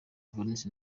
valens